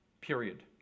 period